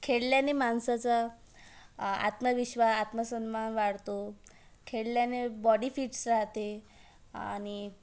खेळल्याने माणसाचा आत्मविश्वास आत्मसन्मान वाढतो खेळल्याने बॉडी फिट्स राहते आणि